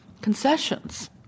concessions